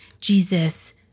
Jesus